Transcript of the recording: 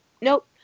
nope